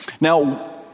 Now